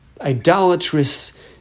idolatrous